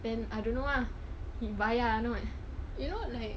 then I don't know lah he bayar !alamak!